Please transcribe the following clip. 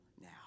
now